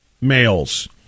males